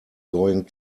going